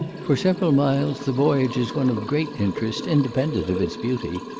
for several miles the voyage is one of great interest independent of its beauty,